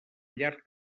llarg